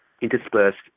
Interspersed